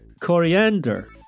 coriander